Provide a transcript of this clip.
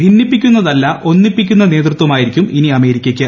ഭിന്നിപ്പിക്കുന്നതല്ല ഒന്നിപ്പിക്കുന്ന നേതൃത്വമായിരിക്കും ഇനി അമേരിക്കയ്ക്ക്